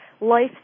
life